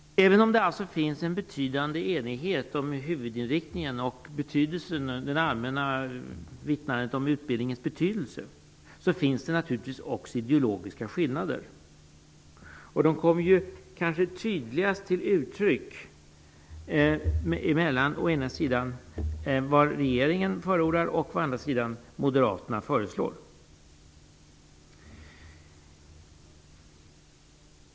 Även om det finns en stor enighet om huvudinriktningen och om utbildningens betydelse finns det naturligtvis också ideologiska skillnader. De kommer kanske tydligast till uttryck genom vad å ena sidan regeringen förordar och vad å andra sidan moderaterna föreslår.